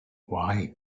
why